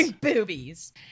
Boobies